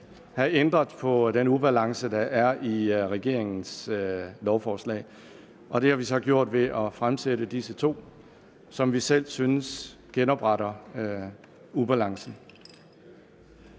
have ændret på den ubalance, der er i regeringens lovforslag. Det har vi så gjort ved at stille to ændringsforslag, som vi selv synes genopretter balancen.